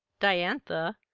diantha,